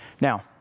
Now